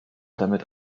damit